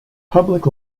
public